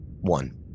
One